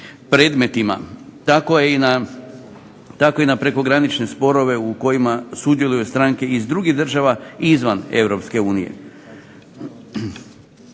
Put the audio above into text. predmetima. Tako i na prekogranične sporove u kojima sudjeluju stranke iz drugih država izvan